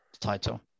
title